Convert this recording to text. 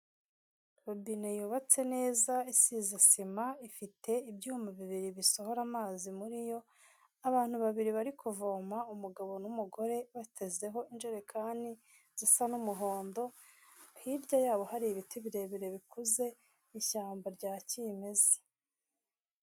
Robine yubatse neza isize sima ifite ibyuma bibiri bisohora amazi muri yo, abantu babiri bari kuvoma umugabo n'umugore batezeho ijerekani isa n'umuhondo, hirya yabo hari ibiti birebire bikuze ishyamba rya kimeza.